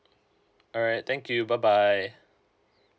alright thank you bye bye